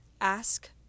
Ask